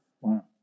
Wow